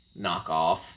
knockoff